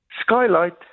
skylight